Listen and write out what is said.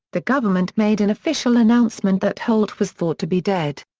the government made an official announcement that holt was thought to be dead.